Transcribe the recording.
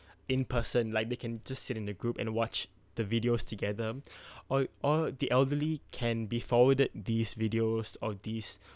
in person like they can just sit in a group and watch the videos together or or the elderly can be forwarded these videos or these